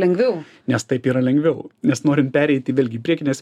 lengviau nes taip yra lengviau nes norin pereiti vėlgi priekinės